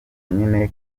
nyine